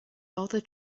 bother